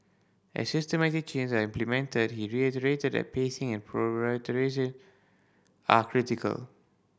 as systemic change are implemented he reiterated that pacing and are critical